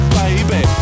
baby